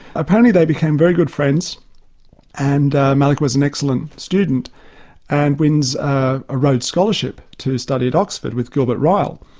apparently they became very good friends and malick was an excellent student and wins a rhodes scholarship to study at oxford with gilbert ryle.